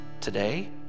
today